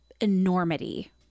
enormity